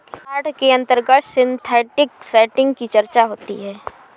short के अंतर्गत synthetic setting की चर्चा होती है